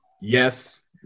Yes